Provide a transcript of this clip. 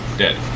dead